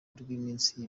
rw’iminsi